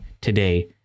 today